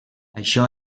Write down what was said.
això